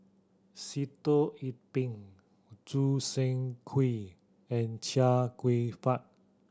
Sitoh Yih Pin Choo Seng Quee and Chia Kwek Fah